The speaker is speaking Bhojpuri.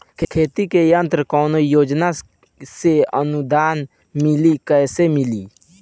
खेती के यंत्र कवने योजना से अनुदान मिली कैसे मिली?